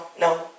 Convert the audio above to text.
no